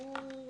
כן, ברור.